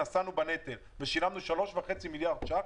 נשאנו בנטל ושילמנו 3.5 מיליארד ש"ח,